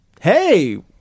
hey